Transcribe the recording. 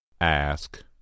Ask